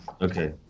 Okay